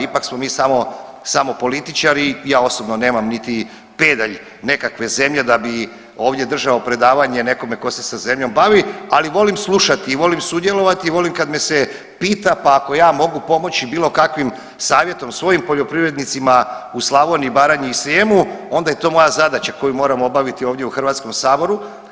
Ipak smo mi samo političari i ja osobno nema niti pedalj nekakve zemlje da bi ovdje držao predavanje nekome ko se sa zemljom bavi, ali volim slušati i volim sudjelovati i volim kad me se pita pa ako ja mogu pomoći bilo kakvim savjetom svojim poljoprivrednicima u Slavoniji, Baranji i Srijemu onda je to moja zadaća koju moram obaviti ovdje u HS-u.